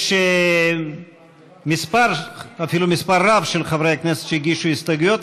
יש מספר רב של חברי כנסת שהגישו הסתייגויות.